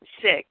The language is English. Six